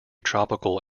tropical